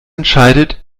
entscheidet